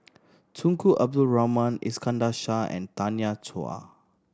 Tunku Abdul Rahman Iskandar Shah and Tanya Chua